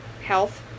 health